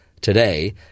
today